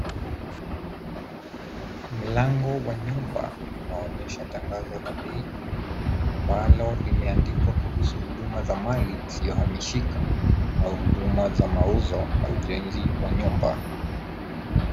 Mlango wa nyumba unaonyesha tangazo la bei ambalo limeandikwa kuhusu huduma za mali isiohamishika, na huduma za mauzo, na ujenzi wa nyumba.